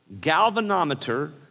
galvanometer